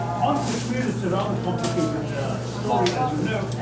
on kashmir, it's a rather complicated story, as you know.